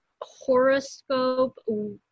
horoscope